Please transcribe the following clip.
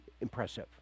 impressive